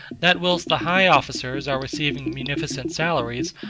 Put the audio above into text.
that whilst the high officers are receiving munificent salaries,